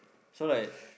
so like